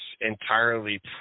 entirely